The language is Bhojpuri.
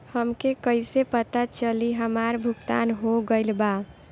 हमके कईसे पता चली हमार भुगतान हो गईल बा?